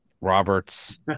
Roberts